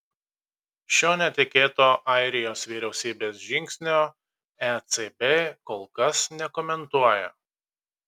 šio netikėto airijos vyriausybės žingsnio ecb kol kas nekomentuoja